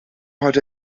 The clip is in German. hat